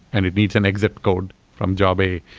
and it needs an exit code from job a,